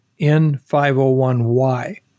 N501Y